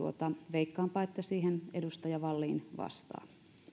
veikkaanpa että siihen edustaja vallin vastaa edustaja